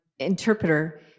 interpreter